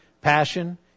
passion